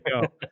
go